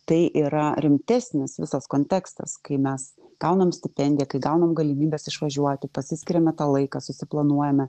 tai yra rimtesnis visas kontekstas kai mes gaunam stipendiją kai gaunam galimybes išvažiuoti pasiskiriame tą laiką susiplanuojame